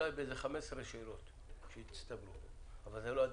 ב-15 שאלות שהצטברו, אבל זה לא הדיון.